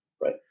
Right